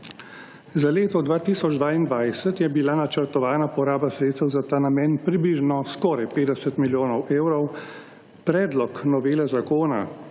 Za leto 2022 je bila načrtovana poraba sredstev za ta namen približno skoraj 50 milijonov evrov, predlog novele zakona